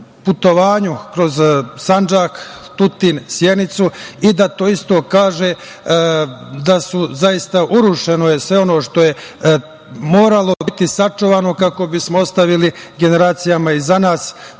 putovanju kroz Sandžak, Tutin, Sjenicu to isto kaže, da je zaista urušeno sve ono što je moralo biti sačuvano kako bismo ostavili generacijama iza nas